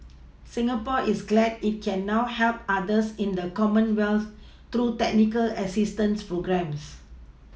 Singapore is glad it can now help others in the Commonwealth through technical assistance programmes